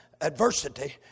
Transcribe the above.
adversity